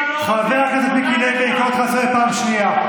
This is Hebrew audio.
חבר הכנסת לוי, אני קורא פעם שנייה.